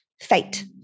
fate